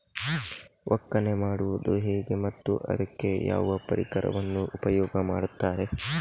ಒಕ್ಕಣೆ ಮಾಡುವುದು ಹೇಗೆ ಮತ್ತು ಅದಕ್ಕೆ ಯಾವ ಪರಿಕರವನ್ನು ಉಪಯೋಗ ಮಾಡುತ್ತಾರೆ?